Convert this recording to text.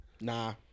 Nah